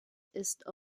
ist